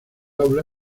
aula